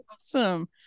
awesome